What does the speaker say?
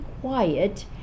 quiet